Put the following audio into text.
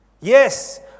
Yes